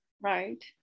Right